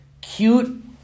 cute